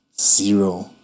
zero